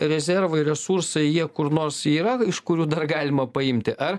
rezervai resursai jie kur nors yra iš kurių dar galima paimti ar